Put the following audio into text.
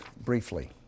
briefly